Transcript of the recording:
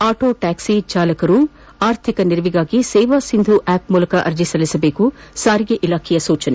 auto taxi ಚಾಲಕರು ಆರ್ಥಿಕ ನೆರವಿಗಾಗಿ ಸೇವಾಸಿಂಧು ಆ್ವಪ್ ಮೂಲಕ ಅರ್ಜಿಸಲ್ಲಿಸುವಂತೆ ಸಾರಿಗೆ ಇಲಾಖೆಯ ಸೂಚನೆ